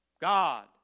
God